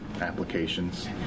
applications